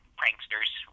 pranksters